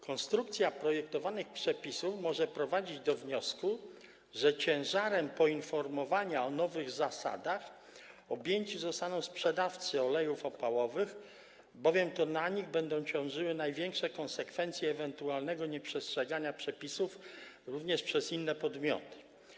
Konstrukcja projektowanych przepisów może prowadzić do wniosku, że ciężarem poinformowania o nowych zasadach obarczeni zostaną sprzedawcy olejów opałowych, bowiem to na nich będą ciążyły największe konsekwencje ewentualnego nieprzestrzegania przepisów, również przez inne podmioty.